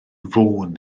fôn